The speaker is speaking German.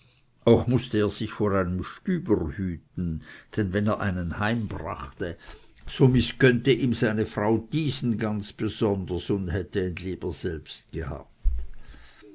auch mußte er sich vor einem stüber hüten denn wenn er einen heimbrachte so mißgönnte ihm seine frau diesen und hätte ihn lieber selbst gehabt